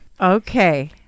Okay